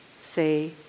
say